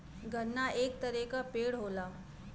गन्ना एक तरे क पेड़ होला